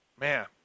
man